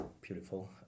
beautiful